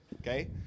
Okay